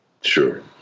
Sure